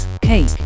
cake